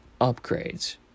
upgrades